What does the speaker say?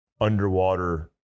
underwater